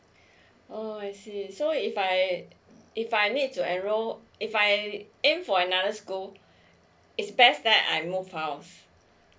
oh I see so if I if I need to enroll if I aim for another school it's best that I move out